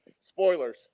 Spoilers